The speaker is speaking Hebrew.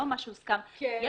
יש